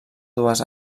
dues